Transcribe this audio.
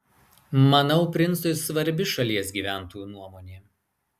manau princui svarbi šalies gyventojų nuomonė